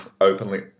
openly